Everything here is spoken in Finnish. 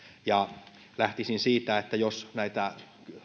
lähtisin siitä että jos näitä